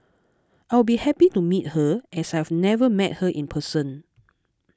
I'll be happy to meet her as I've never met her in person